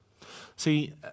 See